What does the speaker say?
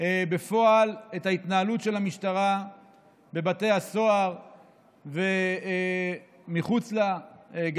בפועל את ההתנהלות של המשטרה בבתי הסוהר ומחוץ להם,